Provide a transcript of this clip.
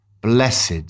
Blessed